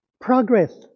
progress